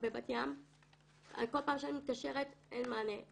אם כבר אנחנו מכניסים את האישור שיהיה נהג לכל השנה,